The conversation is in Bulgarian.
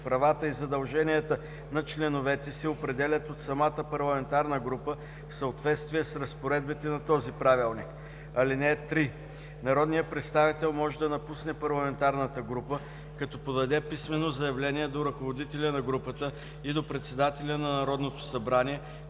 правата и задълженията на членовете се определят от самата парламентарна група в съответствие с разпоредбите на този правилник. (3) Народният представител може да напусне парламентарната група, като подаде писмено заявление до ръководителя на групата и до председателя на Народното събрание,